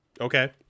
Okay